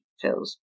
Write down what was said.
feels